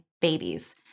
babies